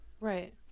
Right